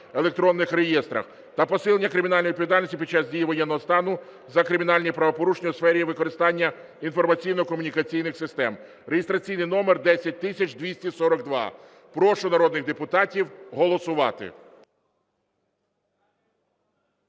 електронних реєстрах та посилення кримінальної відповідальності під час дії воєнного стану за кримінальні правопорушення у сфері використання інформаційно-комунікаційних систем (реєстраційний номер 10242). Прошу народних депутатів голосувати.